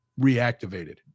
reactivated